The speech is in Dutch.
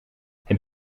heb